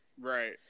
Right